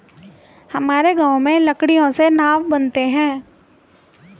हमारे गांव में लकड़ियों से नाव बनते हैं